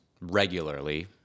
regularly